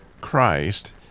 christ